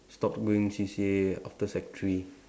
stop going C_C_A after sec three